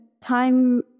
time